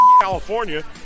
California